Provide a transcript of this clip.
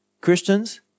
christians